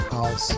House